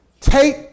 Take